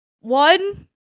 one